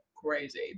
crazy